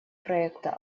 проекта